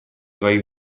свои